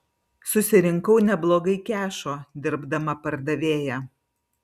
susirinkau neblogai kešo dirbdama pardavėja